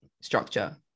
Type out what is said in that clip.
structure